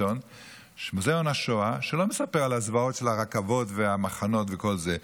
שלא מספר על הזוועות של הרכבות והמחנות וכל זה,